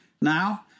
now